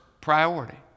priority